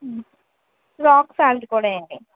rock salt కూడా ఇవ్వండి